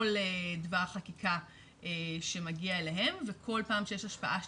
דבר חקיקה שמגיע אליהם וכל פעם שיש השפעה שלילית,